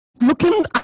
looking